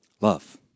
Love